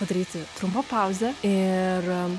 padaryti trumpą pauzę ir